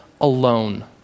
alone